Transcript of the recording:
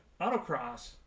Autocross